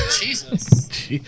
Jesus